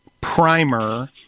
primer